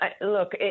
Look